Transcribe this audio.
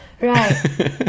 Right